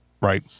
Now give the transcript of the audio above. right